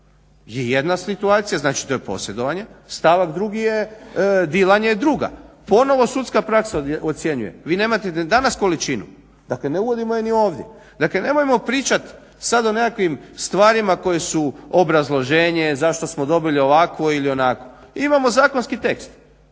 je jedna situacija, znači to je posjedovanje, stavak drugi je dilanje, dilanje je druga. Ponovno sudska praksa ocjenjuje. Vi nemate ni danas količinu, dakle ne uvodimo je ni ovdje. Dakle nemojmo pričat sad o nekakvim stvarima koje su obrazloženje zašto smo dobili ovakvo ili onako. Imamo zakonski tekst